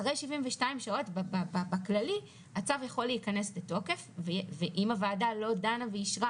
אחרי 72 שעות בכללי הצו יכול להיכנס לתוקף ואם הוועדה לא דנה ואישרה